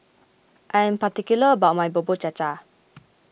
I am particular about my Bubur Cha Cha